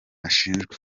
ashinjwa